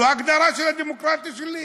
זאת ההגדרה של הדמוקרטיה שלי.